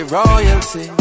royalty